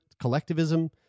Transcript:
collectivism